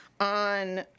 on